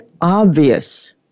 obvious